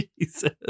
Jesus